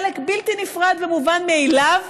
חלק בלתי נפרד ומובן מאליו,